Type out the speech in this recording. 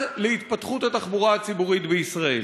להתפתחות התחבורה הציבורית בישראל.